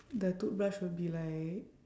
the toothbrush would be like